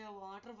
water